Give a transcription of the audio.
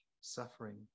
suffering